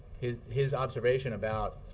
his his observation about